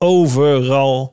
overal